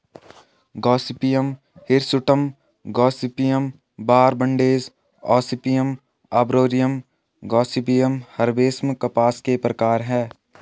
Gossypium hirsutum, Gossypium barbadense, Gossypium arboreum, Gossypium herbaceum कपास के प्रकार है